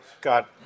got